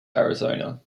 arizona